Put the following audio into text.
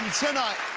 tonight.